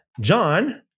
John